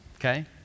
okay